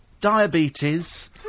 diabetes